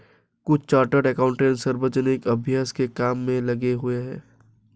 कुछ chartered accountant सार्वजनिक अभ्यास के काम में लगे हुए हैं